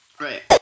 right